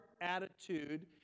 attitude